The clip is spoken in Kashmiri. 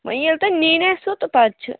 وۄنۍ ییٚلہِ تۄہہِ نِنۍ آسوٕ تہٕ پَتہٕ چھِ